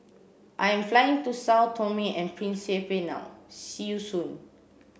I am flying to Sao Tome and Principe now see you soon